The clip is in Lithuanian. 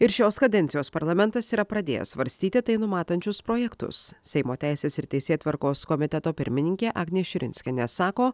ir šios kadencijos parlamentas yra pradėjęs svarstyti tai numatančius projektus seimo teisės ir teisėtvarkos komiteto pirmininkė agnė širinskienė sako